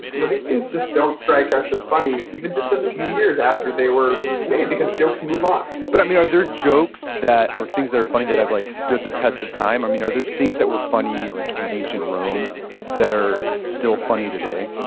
you know these things just don't strike us as funny even just a few years after they were made because jokes move on but are there jokes that or things that are funny that have like stood the test of time? are there things that were funny like in ancient rome that are still funny today?